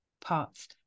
parts